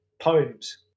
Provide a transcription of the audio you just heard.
poems